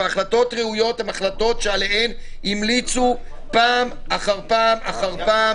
והחלטות ראויות הן החלטות שעליהן המליצו פעם אחר פעם אחר פעם